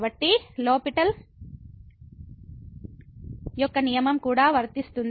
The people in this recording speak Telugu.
కాబట్టి లో పిటెల్ L'Hospital యొక్క నియమం కూడా వర్తిస్తుంది